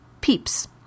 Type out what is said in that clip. Peeps